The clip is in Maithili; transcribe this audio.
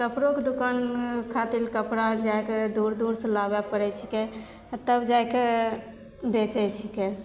कपड़ोके दोकानमे ओहि खातिर कपड़ा जाके दूर दूरसे लाबै पड़ै छिकै आओर तब जाके बेचै छिकै